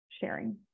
sharing